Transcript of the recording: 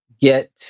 get